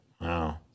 Wow